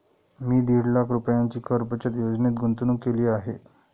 मी दीड लाख रुपयांची कर बचत योजनेत गुंतवणूक केली आहे